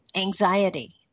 anxiety